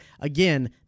Again